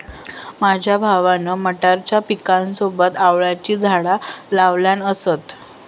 माझ्या भावान मटारच्या पिकासोबत आवळ्याची झाडा लावल्यान असत